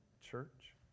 church